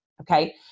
okay